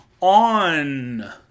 on